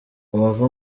abava